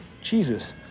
Jesus